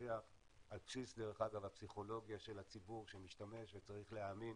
לפתח על בסיס הפסיכולוגיה של הציבור שמשתמש וצריך להאמין